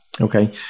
Okay